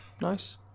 nice